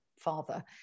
father